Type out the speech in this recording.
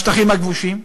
בשטחים הכבושים,